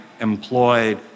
employed